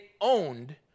owned